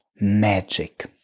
magic